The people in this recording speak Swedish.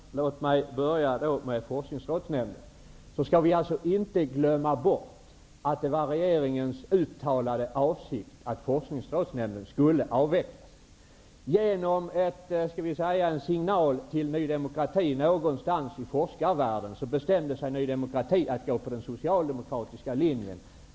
Herr talman! Låt mig börja med Forskningsrådsnämnden. Vi skall inte glömma bort att det var regeringens uttalade avsikt att Forskningsrådsnämnden skulle avvecklas. Genom en signal till Ny demokrati någonstans i forskarvärlden bestämde sig Ny demokrati för att gå på den socialdemokratiska linjen.